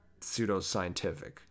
pseudoscientific